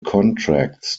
contracts